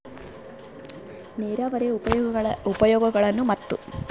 ನೇರಾವರಿಯ ಉಪಯೋಗಗಳನ್ನು ಮತ್ತು?